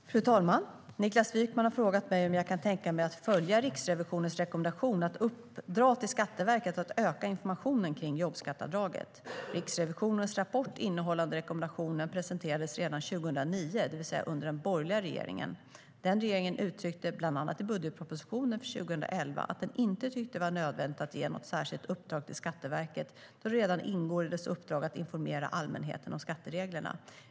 Fru talman! Niklas Wykman har frågat mig om jag kan tänka mig att följa Riksrevisionens rekommendation att uppdra till Skatteverket att öka informationen om jobbskatteavdraget. Riksrevisionens rapport innehållande rekommendationen presenterades redan 2009, det vill säga under den borgerliga regeringen. Den regeringen uttryckte, bland annat i budgetpropositionen för 2011, att den inte tyckte att det var nödvändigt att ge något särskilt uppdrag till Skatteverket då det redan ingår i myndighetens uppdrag att informera allmänheten om skattereglerna.